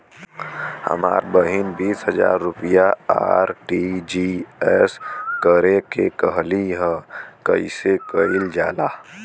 हमर बहिन बीस हजार रुपया आर.टी.जी.एस करे के कहली ह कईसे कईल जाला?